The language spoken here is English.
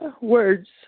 words